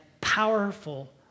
powerful